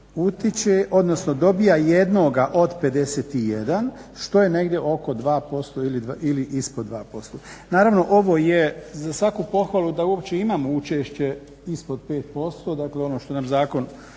utiče odnosno dobija jednoga od 51 što je negdje oko 2% ili ispod 2%. Naravno ovo je za svaku podjelu da uopće imamo učešće ispod 5% ono što nam Ustavni